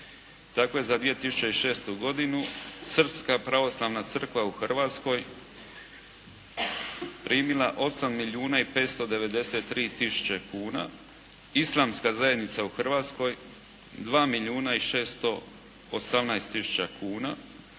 Dakle za 2006. godinu srpska pravoslavna crkva u Hrvatskoj primila 8 milijuna i 593 tisuće kuna. Islamska zajednica u Hrvatskoj 2 milijuna